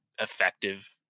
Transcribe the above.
effective